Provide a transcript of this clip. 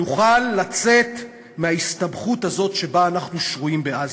נוכל לצאת מההסתבכות הזאת שבה אנחנו שרויים בעזה.